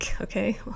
okay